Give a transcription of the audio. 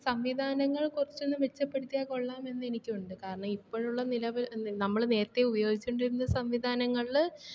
സംവിധാനങ്ങൾ കുറച്ചൊന്ന് മെച്ചപ്പെടുത്തിയാൽ കൊള്ളാമെന്ന് എനിക്കുണ്ട് കാരണം ഇപ്പോഴുള്ള നിലയിൽ നമ്മൾ നേരത്തെ ഉപയോഗിച്ചു കൊണ്ടിരുന്ന സംവിധാനങ്ങളിൽ